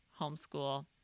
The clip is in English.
homeschool